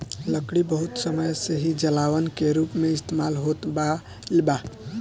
लकड़ी बहुत समय से ही जलावन के रूप में इस्तेमाल होत आईल बा